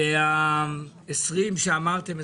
וה-20 אחוזים שאמרתם.